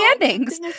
endings